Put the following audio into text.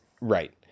Right